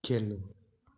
खेल्नु